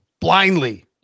blindly